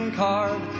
card